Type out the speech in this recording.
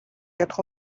quatre